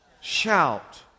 shout